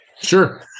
sure